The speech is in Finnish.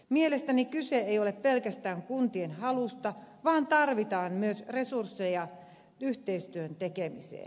mielestäni kyse ei ole pelkästään kuntien halusta vaan tarvitaan myös resursseja yhteistyön tekemiseen